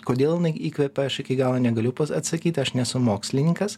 kodėl jinai įkvepia aš iki galo negaliu atsakyt aš nesu mokslininkas